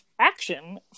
action